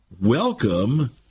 welcome